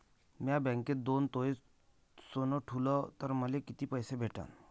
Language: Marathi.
म्या बँकेत दोन तोळे सोनं ठुलं तर मले किती पैसे भेटन